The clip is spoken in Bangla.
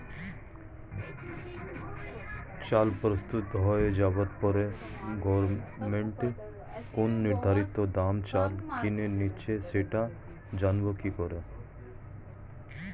চাল প্রস্তুত হয়ে যাবার পরে গভমেন্ট কোন নির্ধারিত দামে চাল কিনে নিচ্ছে সেটা জানবো কি করে?